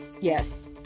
Yes